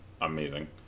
amazing